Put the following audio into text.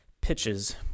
pitches